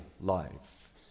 life